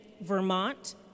Vermont